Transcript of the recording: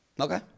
Okay